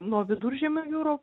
nuo viduržemio jūrų